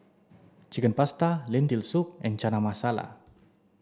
chicken Pasta Lentil soup and Chana Masala